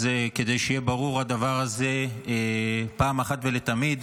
אז כדי שהדבר הזה יהיה ברור פעם אחת ולתמיד,